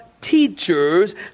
teachers